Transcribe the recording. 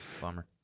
Bummer